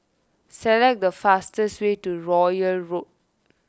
select the fastest way to Royal Road